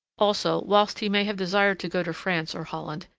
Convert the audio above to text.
also, whilst he may have desired to go to france or holland,